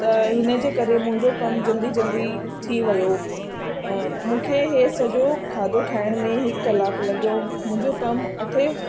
त हिनजे करे मुंहिंजो कमु जल्दी जल्दी थी वियो मूंखे इहे सॼो खाधो ठाहिण में हिकु कलाकु लॻियो मुंहिंजो कमु अठे